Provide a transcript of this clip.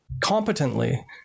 competently